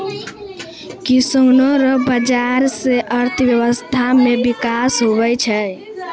किसानो रो बाजार से अर्थव्यबस्था मे बिकास हुवै छै